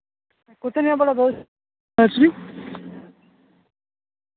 कुत्थै नेहा भला ओह् नर्सरी